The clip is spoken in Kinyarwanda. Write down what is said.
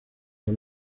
ngo